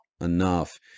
enough